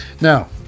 Now